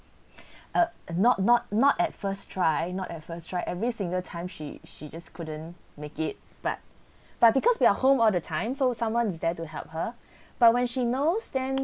uh not not not at first try not at first try every single time she she just couldn't make it but but because we are home all the times so someone's there to help her by when she knows then